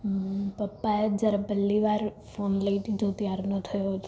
પપ્પાએ જ્યારે પહેલી વાર ફોન લઈ દીધો ત્યારનો થયો છે